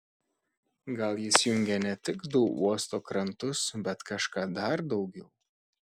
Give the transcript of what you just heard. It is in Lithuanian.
gal jis jungė ne tik du uosto krantus bet kažką dar daugiau